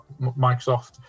Microsoft